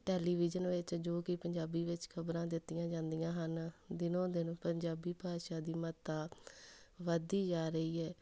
television ਵਿੱਚ ਜੋ ਕਿ ਪੰਜਾਬੀ ਵਿੱਚ ਖ਼ਬਰਾਂ ਦਿੱਤੀਆਂ ਜਾਂਦੀਆਂ ਹਨ ਦਿਨੋ ਦਿਨ ਪੰਜਾਬੀ ਭਾਸ਼ਾ ਦੀ ਮਹੱਤਤਾ ਵੱਧਦੀ ਜਾ ਰਹੀ ਹੈ